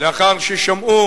לאחר ששמעו